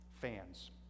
fans